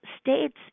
states